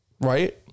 Right